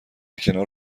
کنار